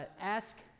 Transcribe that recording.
ask